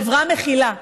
חברה מכילה,